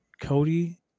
Cody